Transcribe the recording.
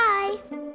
Bye